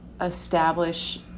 establish